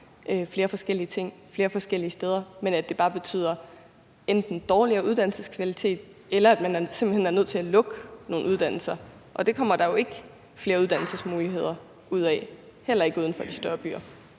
flere forskellige ting flere forskellige steder, men at det bare betyder enten dårligere uddannelseskvalitet, eller at man simpelt hen er nødt til at lukke nogle uddannelser. Og det kommer der jo ikke flere uddannelsesmuligheder ud af, heller ikke uden for de større byer.